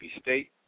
State